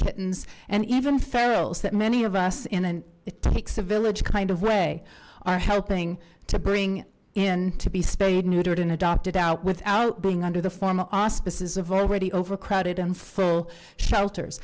kittens and even ferals that many of us in and it takes a village kind of way are helping to bring in to be spayed neutered in adopted out without being under the formal auspices of already overcrowded and full shelters